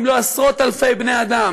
אם לא עשרות-אלפי בני-אדם,